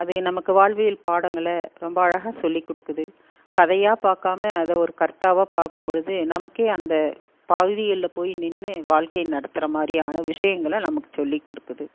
அதை நமக்கு வாழ்வியல் பாடங்களை ரொம்ப அழகாக சொல்லி கொடுக்குது கதையாக பார்க்காம அதை ஒரு கருத்தாக பார்க்கும்பொழுது நமக்கே அந்த பகுதிகளில் போய் நின்று வாழ்க்கையை நடத்துற மாதிரியான விஷயங்கள நமக்கு சொல்லிக் கொடுக்குது